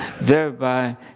thereby